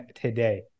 today